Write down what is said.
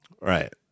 Right